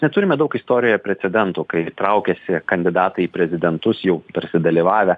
neturime daug istorijoje precedentų kai traukiasi kandidatai į prezidentus jau tarsi dalyvavę